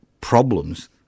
problems